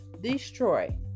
destroy